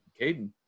Caden